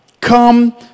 Come